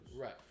Right